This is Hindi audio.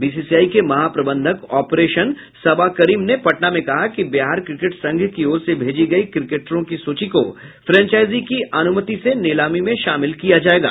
बीसीसीआई के महाप्रबंधक ऑपरेशन सबा करीम ने पटना में कहा कि बिहार क्रिकेट संघ की ओर से भेजी गयी क्रिकेटरों की सूची को फ्रेंचाईजी की अनुमति से नीलामी में शामिल किया जायेगा